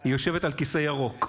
היא יושבת על כיסא ירוק.